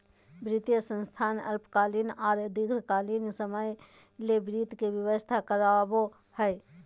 वित्तीय संस्थान अल्पकालीन आर दीर्घकालिन समय ले वित्त के व्यवस्था करवाबो हय